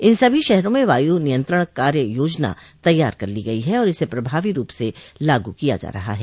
इन सभी शहरों में वायू नियंत्रण कार्य योजना तैयार कर ली गई है और इसे प्रभावी रूप से लागू किया जा रहा है